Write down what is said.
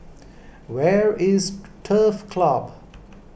where is Turf Club